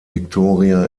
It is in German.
victoria